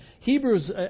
Hebrews